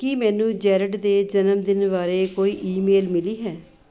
ਕੀ ਮੈਨੂੰ ਜੈਰਡ ਦੇ ਜਨਮਦਿਨ ਬਾਰੇ ਕੋਈ ਈਮੇਲ ਮਿਲੀ ਹੈ